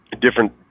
different